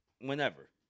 whenever